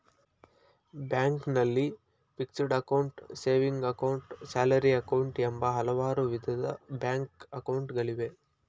ಬ್ಯಾಂಕ್ನಲ್ಲಿ fixed account, saving account, salary account, ಎಂಬ ಹಲವಾರು ವಿಧದ ಬ್ಯಾಂಕ್ ಅಕೌಂಟ್ ಗಳಿವೆ